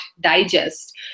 digest